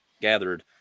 gathered